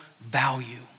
value